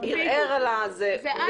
ומישהו ענה לו.